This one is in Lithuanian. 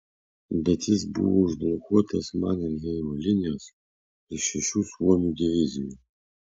bet jis buvo užblokuotas manerheimo linijos ir šešių suomių divizijų